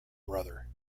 brother